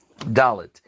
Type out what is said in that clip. dalit